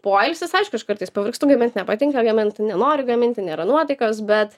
poilsis aišku aš kartais pavargstu gamint nepatinka gamint nenoriu gaminti nėra nuotaikos bet